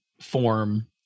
form